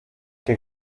que